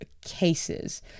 cases